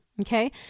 Okay